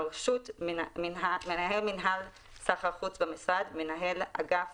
"הרשות" - מנהל מינהל סחר חוץ במשרד, מנהל אגף